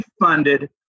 funded